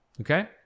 okay